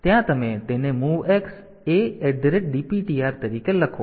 તેથી ત્યાં તમે તેને MOVX ADPTR તરીકે લખો